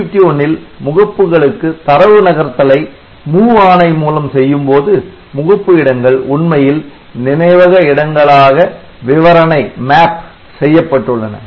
8051 ல் முகப்புகளுக்கு தரவு நகர்த்தலை MOV ஆணை மூலம் செய்யும்போது முகப்பு இடங்கள் உண்மையில் நினைவக இடங்களாக விவரணை செய்யப்பட்டுள்ளன